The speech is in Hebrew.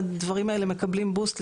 הדברים האלה מקבלים "בוסט",